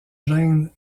gène